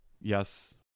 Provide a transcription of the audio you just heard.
Yes